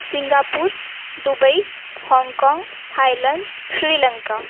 Singapore Dubai Hong Kong Thailand Sri Lanka